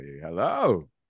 Hello